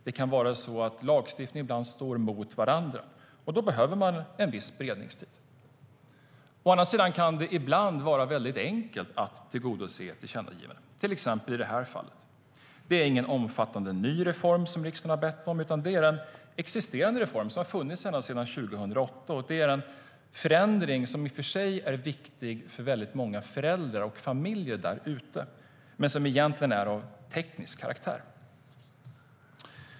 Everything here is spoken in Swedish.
Det kan ibland vara så att lagstiftningar står mot varandra. Då behöver man en viss beredningstid.Å andra sidan kan det ibland vara väldigt enkelt att tillgodose riksdagens tillkännagivanden - till exempel i det här fallet. Det är ingen omfattande ny reform som riksdagen har bett om, utan det är en existerande reform som har funnits ända sedan 2008. Det är en ändring som i och för sig är viktig för väldigt många föräldrar och familjer där ute men som egentligen är av teknisk karaktär.